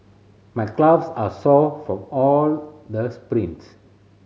my calves are sore from all the sprints